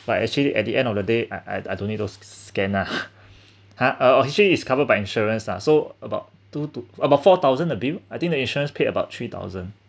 but actually at the end of the day I I don't need those scanner ha or she is covered by insurance ah so about two to about four thousand a bill I think the insurance paid about three thousand